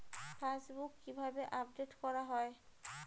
Passbook কিভাবে update করা হয়?